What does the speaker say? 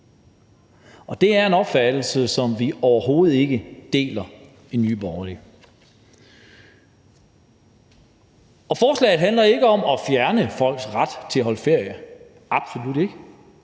Det er en opfattelse, som vi overhovedet ikke deler i Nye Borgerlige. Forslaget handler ikke om at fjerne folks ret til at holde ferie, absolut ikke.